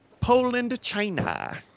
Poland-China